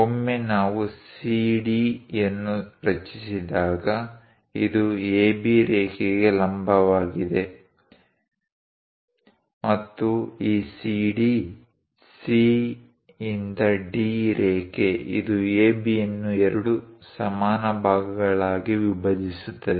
ಒಮ್ಮೆ ನಾವು CD ಯನ್ನು ರಚಿಸಿದಾಗ ಇದು AB ರೇಖೆಗೆ ಲಂಬವಾಗಿದೆ ಮತ್ತು ಈ CD C ಯಿಂದ D ರೇಖೆ ಇದು AB ಯನ್ನು ಎರಡು ಸಮಾನ ಭಾಗಗಳಾಗಿ ವಿಭಜಿಸುತ್ತದೆ